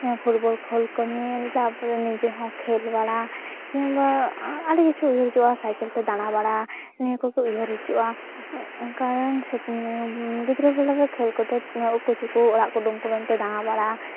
ᱡᱟᱦᱟᱸ ᱯᱷᱩᱴᱵᱚᱞ ᱠᱷᱮᱞ ᱠᱚ ᱧᱮᱞ ᱛᱟᱨᱯᱚᱨᱮ ᱱᱤᱡᱮ ᱦᱚᱸ ᱠᱷᱮᱞ ᱵᱟᱲᱟ ᱠᱤᱢᱵᱟ ᱟᱹᱰᱤ ᱠᱤᱪᱷᱩ ᱩᱭᱦᱟᱹᱨ ᱦᱤᱡᱩᱜᱼᱟ ᱥᱟᱭᱠᱮᱞ ᱛᱮ ᱫᱟᱬᱟᱼᱵᱟᱲᱟ ᱱᱤᱭᱟᱹ ᱠᱚᱜᱮ ᱩᱭᱦᱟᱹᱨ ᱦᱤᱡᱩᱜᱼᱟ ᱠᱟᱨᱚᱱ ᱜᱤᱫᱽᱨᱟᱹᱼᱯᱤᱫᱽᱨᱟᱹ ᱨᱮ ᱠᱷᱮᱞ ᱠᱚᱫᱚ ᱩᱠᱩ ᱪᱩᱠᱩ ᱚᱲᱟᱜ ᱠᱩᱰᱟᱹᱢ ᱠᱩᱰᱟᱹᱢ ᱛᱮ ᱫᱟᱬᱟᱼᱵᱟᱲᱟ